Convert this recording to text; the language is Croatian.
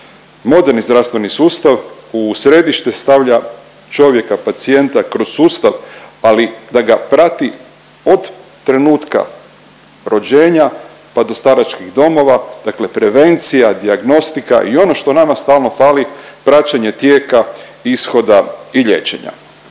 Moderni zdravstveni sustav u središte stavlja čovjeka, pacijenta kroz sustav, ali da ga prati od trenutka rođenja pa do staračkih domova, dakle prevencija, dijagnostika i ono što nama stalno fali, praćenje tijeka ishoda i liječenja.